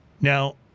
now